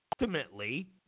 ultimately